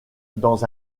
dans